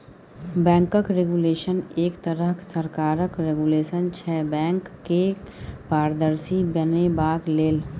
बैंकक रेगुलेशन एक तरहक सरकारक रेगुलेशन छै बैंक केँ पारदर्शी बनेबाक लेल